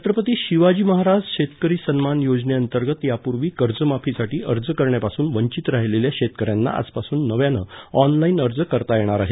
छत्रपती शिवाजी महाराज शेतकरी सन्मान येाजनेअंतर्गत यापूर्वी कर्जमाफीसाठी अर्ज करण्यापासून वंचित राहिलेल्या शेतकऱ्यांना आजपासून नव्यानं ऑनलाईन अर्ज करता येणार आहेत